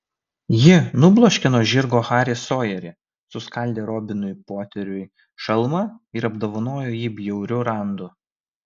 ji nubloškė nuo žirgo harį sojerį suskaldė robinui poteriui šalmą ir apdovanojo jį bjauriu randu